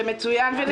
זה מצוין ונהדר.